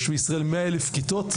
יש בישראל כ-100,000 כיתות.